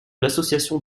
l’association